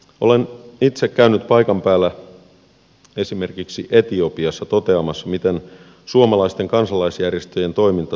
olen itse käynyt paikan päällä esimerkiksi etiopiassa toteamassa miten suomalaisten kansalaisjärjestöjen toiminta tuottaa tulosta